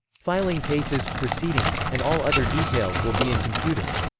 filing cases, proceedings, and all other details will be in computers.